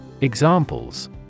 Examples